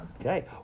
Okay